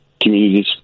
communities